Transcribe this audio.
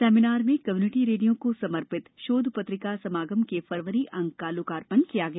seminar में community radio को समर्पित शोध पत्रिका समागम के फरवरी अंक का लोकार्पण किया गया